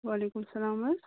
وعلیکُم السلام حظ